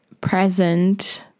present